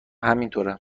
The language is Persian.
همینطوره